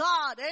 God